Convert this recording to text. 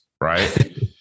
Right